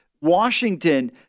Washington